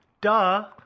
Duh